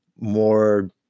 more